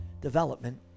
development